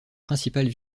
principales